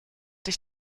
dich